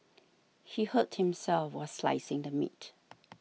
he hurt himself while slicing the meat